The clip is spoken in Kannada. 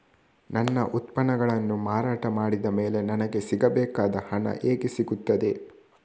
ನನ್ನ ಉತ್ಪನ್ನಗಳನ್ನು ಮಾರಾಟ ಮಾಡಿದ ಮೇಲೆ ನನಗೆ ಸಿಗಬೇಕಾದ ಹಣ ಹೇಗೆ ಸಿಗುತ್ತದೆ?